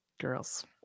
Girls